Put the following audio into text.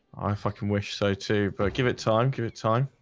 i fucking wish so too, but give it time give it time